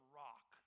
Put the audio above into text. rock